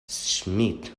schmidt